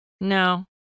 No